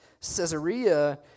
Caesarea